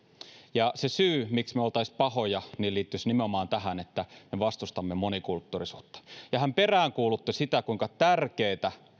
ja että se syy miksi me olisimme pahoja liittyisi nimenomaan tähän että me vastustamme monikulttuurisuutta hän peräänkuulutti kuinka tärkeätä